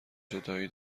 جدایی